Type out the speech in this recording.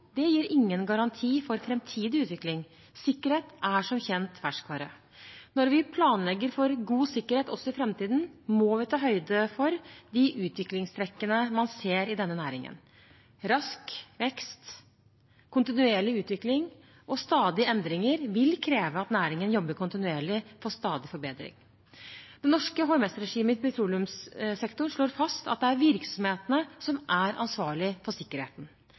tall gir ingen garanti for framtidig utvikling. Sikkerhet er som kjent ferskvare. Når vi planlegger for god sikkerhet også i framtiden, må vi ta høyde for de utviklingstrekkene man ser i denne næringen. Rask vekst, kontinuerlig utvikling og stadige endringer vil kreve at næringen jobber kontinuerlig for stadig forbedring. Det norske HMS-regimet i petroleumssektoren slår fast at det er virksomhetene som er ansvarlig for sikkerheten.